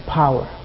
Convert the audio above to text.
power